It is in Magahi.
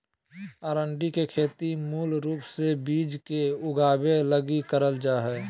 अरंडी के खेती मूल रूप से बिज के उगाबे लगी करल जा हइ